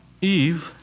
Eve